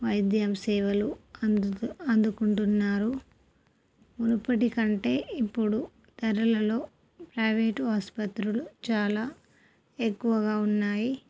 వైద్యం సేవలు అందుతు అందుకుంటున్నారు మునుపటికంటే ఇప్పుడు ధరలలో ప్రైవేటు ఆసుపత్రులు చాలా ఎక్కువగా ఉన్నాయి